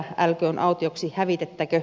metsää älköön autioksi hävitettäkö